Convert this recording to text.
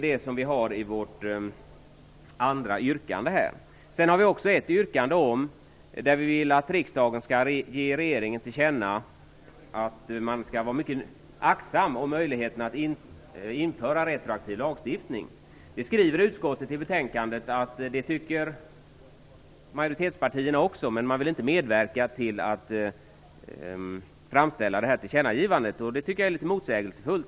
Detta tar vi upp i vårt andra yrkande. Vi säger också i ett yrkande att vi vill att riksdagen skall ge regeringen till känna att man skall vara mycket aktsam i fråga om möjligheterna att införa retroaktiv lagstiftning. Utskottets majoritet skriver i betänkandet att man också är av den uppfattningen, men man vill inte medverka till att framställa det här tillkännagivandet. Jag tycker att det är litet motsägelsefullt.